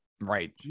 Right